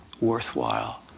worthwhile